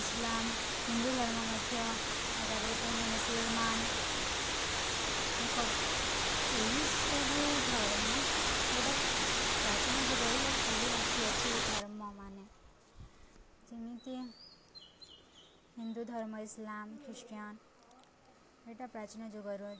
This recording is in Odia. ଇସଲାମ ହିନ୍ଦୁ ଧର୍ମ ମଧ୍ୟ ଆଉ ତା'ପରେ ପୁଣି ମୁସଲମାନ ଦେଖ ଏହିସବୁ ଧର୍ମ ଏଇଟା ପ୍ରାଚୀନ ଯୁଗରୁ ଚାଲି ଆସିଅଛି ଧର୍ମ ମାନେ ଯେମିତି ହିନ୍ଦୁ ଧର୍ମ ଇସଲାମ ଖ୍ରୀଷ୍ଟିୟାନ ଏଇଟା ପ୍ରାଚୀନ ଯୁଗରୁ